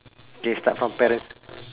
K start from parents